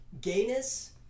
gayness